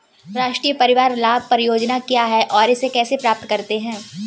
राष्ट्रीय परिवार लाभ परियोजना क्या है और इसे कैसे प्राप्त करते हैं?